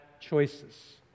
choices